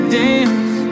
dance